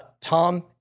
Tom